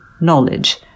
knowledge